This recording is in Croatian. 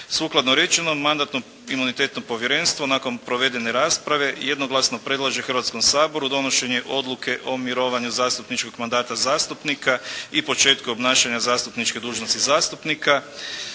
Sukladno rečenom, Mandatno-imunitetno povjerenstvo nakon provedene rasprave jednoglasno predlaže Hrvatskom saboru donošenje odluke o mirovanju zastupničkog mandata zastupnika i početku obnašanja zastupničke dužnosti zastupnika.